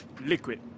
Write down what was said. liquid